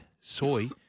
soy